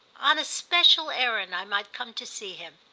on a special errand, i might come to see him,